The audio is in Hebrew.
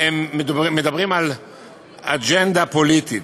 הם מדברים על אג'נדה פוליטית.